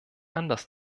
anderes